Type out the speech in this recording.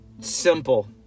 simple